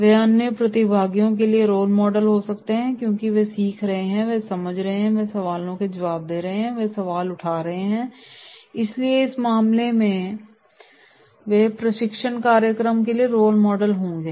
वे अन्य प्रतिभागियों के लिए रोल मॉडल हो सकते हैं क्योंकि वे सीख रहे हैं वे समझ रहे हैं वे सवालों के जवाब दे रहे हैं वे सवाल उठा रहे हैं इसलिए इस मामले में वे इस प्रशिक्षण कार्यक्रम के लिए रोल मॉडल होंगे